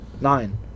Nine